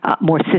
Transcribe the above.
more